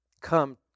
come